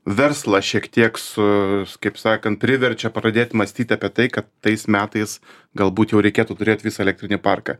verslą šiek tiek su kaip sakant priverčia pradėt mąstyti apie tai kad tais metais galbūt jau reikėtų turėt visą elektrinį parką